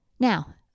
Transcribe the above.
Now